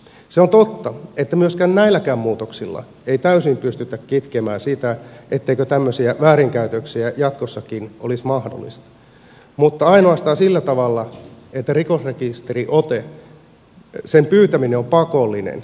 se on totta että myöskään näilläkään muutoksilla ei täysin pystytä kitkemään sitä etteivätkö tämmöiset väärinkäytökset jatkossakin olisi mahdollisia mutta ainoastaan sillä tavalla että rikosrekisteriotteen pyytäminen pakollinen